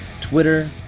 Twitter